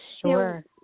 sure